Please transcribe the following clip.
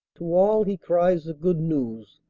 to all he cries the good news,